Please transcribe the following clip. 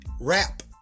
rap